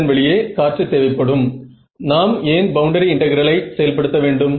ஏனென்றால் இரண்டு முறைகளும் கன்வர்ஜ் ஆகி இருக்கின்றன